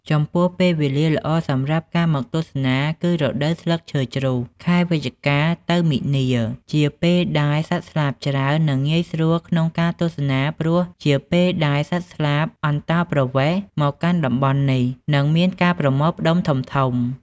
ចំពោះពេលវេលាល្អសម្រាប់ការមកទស្សនាគឺរដូវស្លឹកឈើជ្រុះខែវិច្ឆិកាទៅមីនា ជាពេលដែលសត្វស្លាបច្រើន និងងាយស្រួលក្នុងការទស្សនាព្រោះជាពេលដែលសត្វស្លាបអន្តោប្រវេសន៍មកកាន់តំបន់នេះ និងមានការប្រមូលផ្ដុំធំៗ។